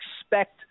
expect